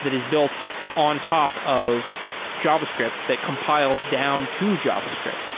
that is built on top of javascript that compiles down to javascript.